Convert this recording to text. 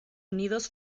unidos